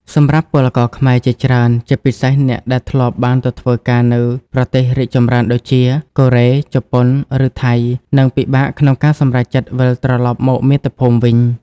សម្រាប់ពលករខ្មែរជាច្រើន ជាពិសេសអ្នកដែលធ្លាប់បានទៅធ្វើការនៅប្រទេសរីកចម្រើនដូចជា កូរ៉េ ជប៉ុន ឬថៃ និងពិបាកក្នុងការសម្រេចចិត្តវិលត្រឡប់មកមាតុភូមិវិញ ។